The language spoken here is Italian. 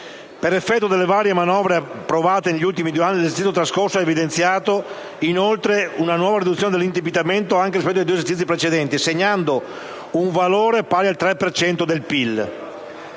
Per effetto del varie manovre approvate negli ultimi due anni, l'esercizio trascorso ha evidenziato inoltre una nuova riduzione dell'indebitamento anche rispetto ai due esercizi precedenti, segnando un valore pari al 3 per